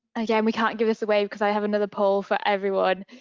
again, we can't give this away because i have another poll for everyone.